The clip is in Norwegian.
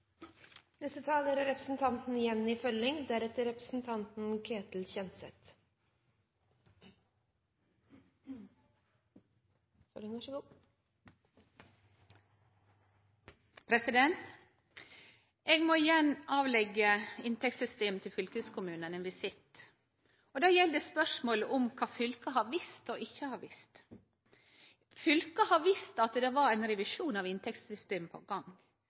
må igjen avleggje inntektssystemet til fylkeskommunane ein visitt, og det gjeld spørsmålet om kva fylka har visst og ikkje har visst. Fylka har visst at det var ein revisjon av inntektssystemet på gang,